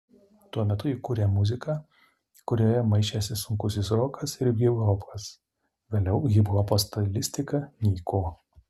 tuo metu ji kūrė muziką kurioje maišėsi sunkusis rokas ir hiphopas vėliau hiphopo stilistika nyko